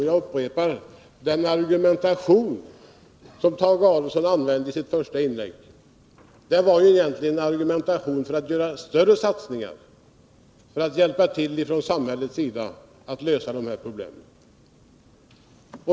Och jag upprepar: Den argumentation som Tage Adolfsson hade i sitt första inlägg var egentligen en argumentation för att samhället skulle göra större satsningar för att lösa problemen.